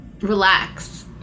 relax